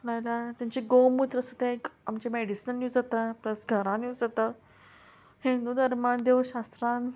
नाल्यार तेंचे गोमुत्र सुद्दां एक आमचे मॅडिसनान यूज जाता प्लस घरान यूज जाता हिंदू धर्मान देवशास्त्रान